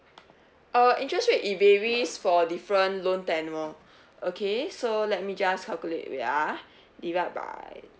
err interest rate it varies for different loan tenure okay so let me just calculate wait ah divide by